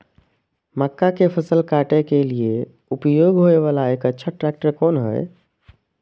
मक्का के फसल काटय के लिए उपयोग होय वाला एक अच्छा ट्रैक्टर कोन हय?